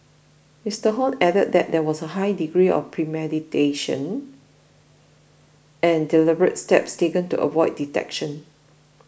Mister Hon added that there was a high degree of premeditation and deliberate steps taken to avoid detection